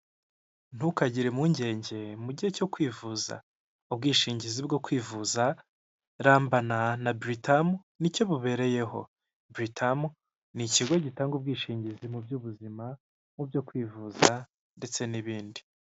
Ntukagire impungenge mu gihe cyo kwivuza, ubwishingizi bwo kwivuza rambana na buritamu nicyo bubereyeho. Buritamu ni ikigo gitanga ubwishingizi mu by'ubuzima mu byo kwivuza ndetse n'ibindi.